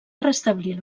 restablir